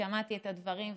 שמעתי את הדברים,